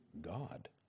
God